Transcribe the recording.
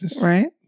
Right